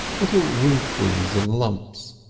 little wrinklings and lumps,